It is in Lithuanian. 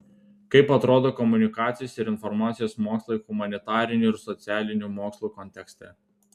kaip atrodo komunikacijos ir informacijos mokslai humanitarinių ir socialinių mokslų kontekste